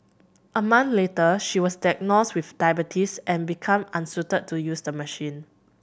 a month later she was diagnosed with diabetes and become unsuited to use the machine